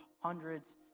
hundreds